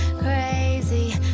crazy